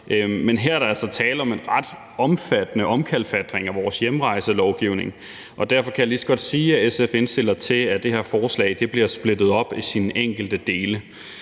Men her er der altså tale om en ret omfattende omkalfatring af vores hjemrejselovgivning, og derfor kan jeg lige så godt sige, at SF indstiller til, at det her lovforslag bliver splittet op i sine enkelte dele.